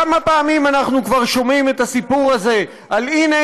כמה פעמים אנחנו כבר שומעים את הסיפור הזה: הינה,